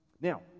Now